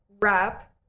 wrap